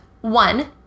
one